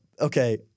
okay